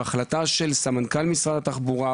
ובהחלטה משותפת של סמנכ"ל משרד התחבורה,